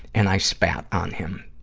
and i spat on him.